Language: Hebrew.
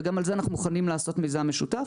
וגם על זה אנחנו מוכנים לעשות מיזם משותף.